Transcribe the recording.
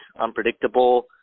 unpredictable